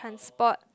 transport